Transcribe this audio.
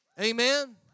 amen